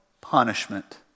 punishment